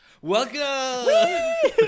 Welcome